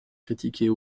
critiquées